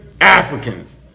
Africans